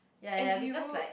and did you